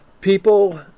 People